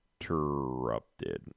interrupted